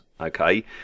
Okay